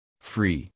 Free